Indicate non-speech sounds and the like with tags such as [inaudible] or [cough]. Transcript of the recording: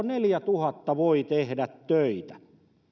[unintelligible] neljätuhatta voi jo tehdä töitä